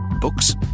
Books